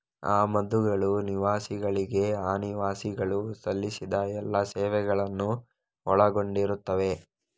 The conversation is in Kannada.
ಆಮದುಗಳು ನಿವಾಸಿಗಳಿಗೆ ಅನಿವಾಸಿಗಳು ಸಲ್ಲಿಸಿದ ಎಲ್ಲಾ ಸೇವೆಗಳನ್ನು ಒಳಗೊಂಡಿರುತ್ತವೆ